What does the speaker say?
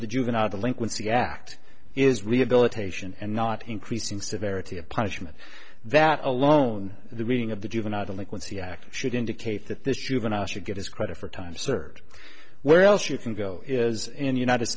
the juvenile delinquency act is rehabilitation and not increasing severity of punishment that alone the reading of the juvenile delinquency act should indicate that this juvenile should get his credit for time served where else you can go is in the united